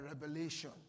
revelation